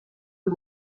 eux